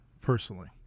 personally